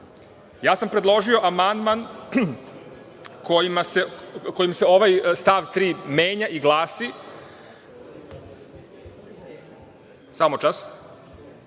sam predložio amandman kojim se ovaj stav 3. menja i glasi – da